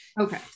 Okay